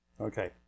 Okay